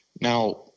Now